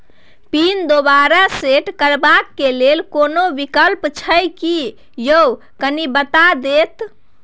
Pin दोबारा set करबा के लेल कोनो विकल्प छै की यो कनी बता देत?